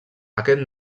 aquest